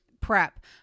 prep